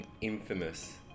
Infamous